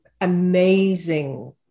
amazing